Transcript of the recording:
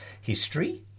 history